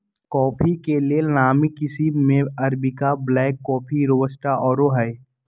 coffee के लेल नामी किशिम में अरेबिका, ब्लैक कॉफ़ी, रोबस्टा आउरो हइ